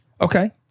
Okay